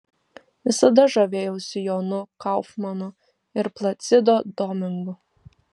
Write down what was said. visada žavėjausi jonu kaufmanu ir placido domingu